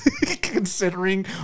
considering